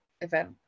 event